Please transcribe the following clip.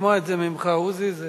לשמוע את זה ממך, עוזי, זה